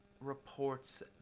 reports